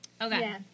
Okay